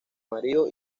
marido